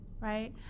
right